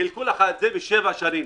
חילקו לך את זה לשבע שנים.